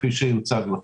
כפי שיוצג לך.